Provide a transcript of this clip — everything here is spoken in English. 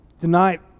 Tonight